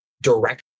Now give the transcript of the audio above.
direct